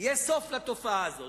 יהיה סוף לתופעה הזו.